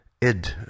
id